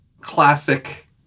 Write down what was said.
classic